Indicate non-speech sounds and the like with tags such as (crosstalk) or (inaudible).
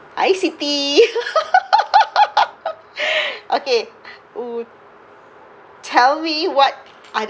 hi siti (laughs) okay tell me what are the